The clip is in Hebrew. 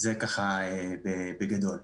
זה בגדול.